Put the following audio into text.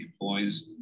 employees